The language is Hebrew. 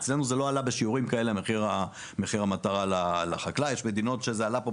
אצלנו מחיר המטרה לחקלאי לא עלה בשיעורים כאלה.